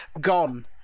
Gone